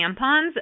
tampons